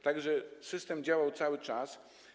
Tak że system działał cały czas.